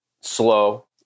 slow